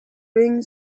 ring